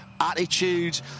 attitude